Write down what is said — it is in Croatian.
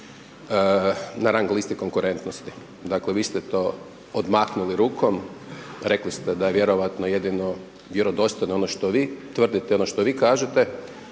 na rang listi konkurentnosti. Dakle vi ste to odmahnuli rukom, rekli ste da je vjerojatno jedino vjerodostojno ono što vi tvrdite i ono što vi kažete,